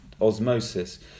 osmosis